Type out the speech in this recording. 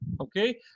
okay